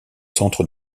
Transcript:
centres